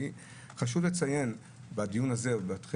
חשוב לציין בדיון הזה את,